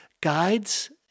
guides